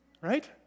Right